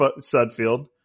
Sudfield